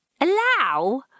Allow